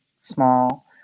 small